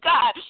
God